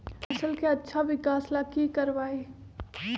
फसल के अच्छा विकास ला की करवाई?